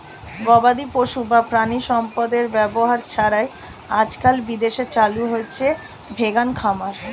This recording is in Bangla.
গবাদিপশু বা প্রাণিসম্পদের ব্যবহার ছাড়াই আজকাল বিদেশে চালু হয়েছে ভেগান খামার